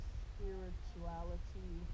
spirituality